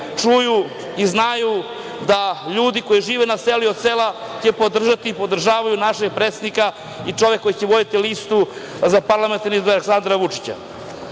čuju i znaju da ljudi koji žive na selu i od sela će podržati i podržavaju našeg predsednika i čoveka koji će voditi listu za parlamentarne izbore Aleksandra Vučića. Jedna